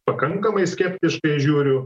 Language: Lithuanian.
pakankamai skeptiškai žiūriu